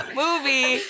movie